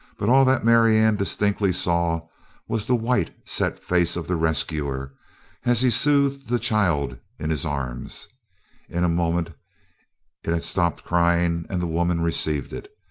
but all that marianne distinctly saw was the white, set face of the rescuer as he soothed the child in his arms in a moment it had stopped crying and the woman received it.